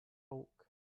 bulk